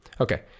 Okay